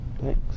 Thanks